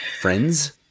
friends